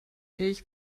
ich